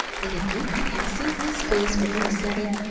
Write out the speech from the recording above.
an' if you could have seen his face when he said it!